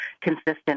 consistent